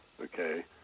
Okay